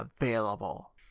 available